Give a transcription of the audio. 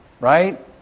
Right